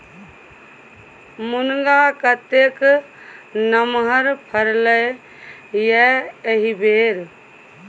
मुनगा कतेक नमहर फरलै ये एहिबेर